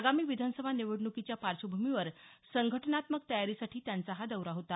आगामी विधान सभा निवडण्कीच्या पार्श्वभूमीवर संघटनात्मक तयारीसाठी त्यांचा हा दौरा होता